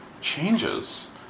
changes